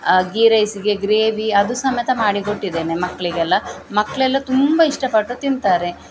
ಗೀ ರೈಸಿಗೆ ಗ್ರೇವಿ ಅದು ಸಮೇತ ಮಾಡಿ ಕೊಟ್ಟಿದ್ದೇನೆ ಮಕ್ಕಳಿಗೆಲ್ಲ ಮಕ್ಕಳೆಲ್ಲ ತುಂಬ ಇಷ್ಟಪಟ್ಟು ತಿಂತಾರೆ